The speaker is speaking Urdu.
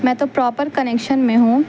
میں تو پراپر کنیکشن میں ہوں